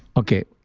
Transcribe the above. okay.